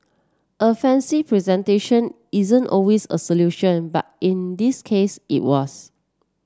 a fancy presentation isn't always a solution but in this case it was